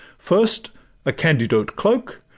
first a candiote cloak,